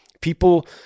people